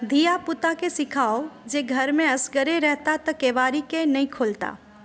धीया पुताके सिखाउ जे घरमे असगरे रहता तऽ केवारीके नहि खोलता